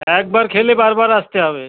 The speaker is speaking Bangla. একবার খেলে বারবার আসতে হবে